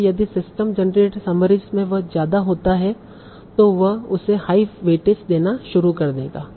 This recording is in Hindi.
इसलिए यदि सिस्टम जनरेटेड समरीस में वह ज्यादा होता है तो यह उसे हाई वेटेज देना शुरू कर देगा